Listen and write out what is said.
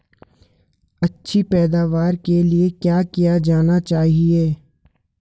अच्छी पैदावार के लिए क्या किया जाना चाहिए?